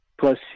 Plus